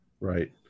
Right